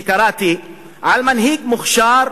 שקראתי על מנהיג מוכשר,